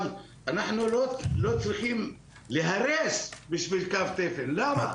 אבל, אנחנו לא צריכים להרס בשביל קו תפן, למה?